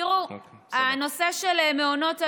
תראו, הנושא של מעונות היום,